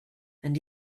and